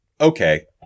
okay